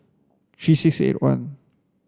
three six eight one